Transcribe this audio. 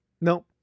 No